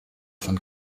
von